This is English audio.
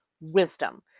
wisdom